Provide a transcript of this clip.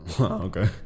Okay